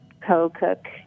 co-cook